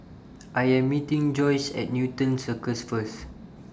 I Am meeting Joyce At Newton Circus First